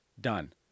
done